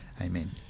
Amen